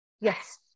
yes